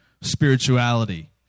spirituality